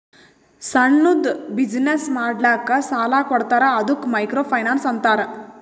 ಸಣ್ಣುದ್ ಬಿಸಿನ್ನೆಸ್ ಮಾಡ್ಲಕ್ ಸಾಲಾ ಕೊಡ್ತಾರ ಅದ್ದುಕ ಮೈಕ್ರೋ ಫೈನಾನ್ಸ್ ಅಂತಾರ